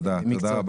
תודה, תודה רבה.